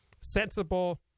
sensible